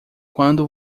quando